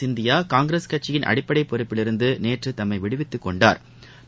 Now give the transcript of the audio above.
சிந்தியா காங்கிரஸ் கட்சியின் அடிப்படை பொறுப்பிலிருந்து நேற்று தம்மை விடுவித்துக் கொண்டாா்